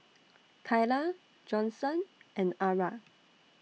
Kyla Johnson and Arra